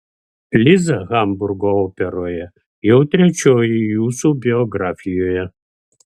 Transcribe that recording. liza hamburgo operoje jau trečioji jūsų biografijoje